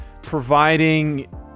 providing